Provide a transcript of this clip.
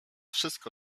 wszystko